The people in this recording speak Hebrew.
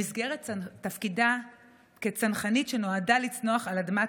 במסגרת תפקידה כצנחנית שנועדה לצנוח על אדמת